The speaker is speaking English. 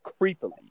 creepily